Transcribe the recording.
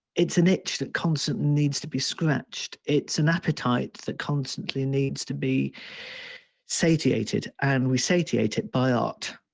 it's an itch that constantly needs to be scratched. it's an appetite that constantly needs to be satiated. and we satiate it by art.